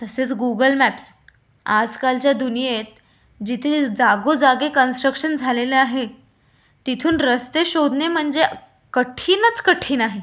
तसेच Google Maps आजकालच्या दुनियेत जिथे जागोजागी कन्स्ट्रक्शन झालेले आहे तिथून रस्ते शोधने म्हणजे कठीणच कठीण आहे